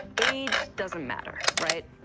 age doesn't matter, right?